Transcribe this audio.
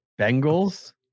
Bengals